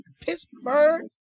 Pittsburgh